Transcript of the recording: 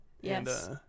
Yes